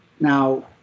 Now